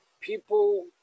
people